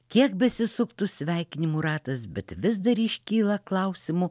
kiek besisuktų sveikinimų ratas bet vis dar iškyla klausimų